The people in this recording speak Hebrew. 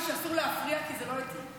שאסור להפריע ----- ממשיכים לעבוד כרגיל.